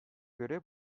göre